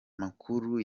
makuru